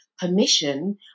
permission